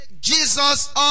Jesus